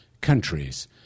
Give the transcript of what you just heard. countries